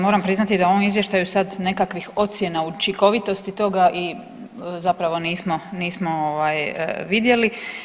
Moram priznati da u ovom izvještaju sad nekakvih ocjena učinkovitosti toga zapravo nismo vidjeli.